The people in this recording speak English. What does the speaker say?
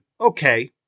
okay